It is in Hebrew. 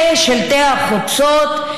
אלה שלטי החוצות.